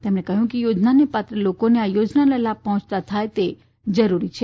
તેમણે કહયું કે થોજનાને પાત્ર લોકોને આ થોજનાઓના લાભ પહોયતા થાય તે જરૂરી છે